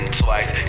twice